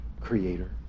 creator